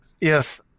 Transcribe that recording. Yes